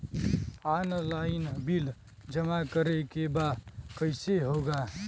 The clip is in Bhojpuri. ऑनलाइन बिल जमा करे के बा कईसे होगा?